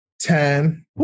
Ten